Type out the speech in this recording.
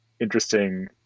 interesting